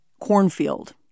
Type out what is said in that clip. cornfield